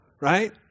right